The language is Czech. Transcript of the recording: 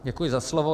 Děkuji za slovo.